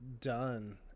done